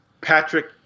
Patrick